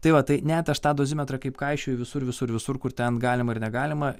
tai va tai net aš tą dozimetrą kaip kaišioju visur visur visur kur ten galima ir negalima